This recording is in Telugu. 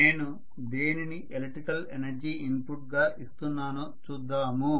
నేను దేనిని ఎలక్ట్రికల్ ఎనర్జీ ఇన్పుట్గా ఇస్తున్నానో చూద్దాము